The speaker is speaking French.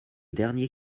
dernier